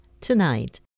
tonight